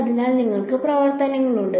അതിനാൽ നിങ്ങൾക്ക് പ്രവർത്തനങ്ങൾ ഉണ്ട്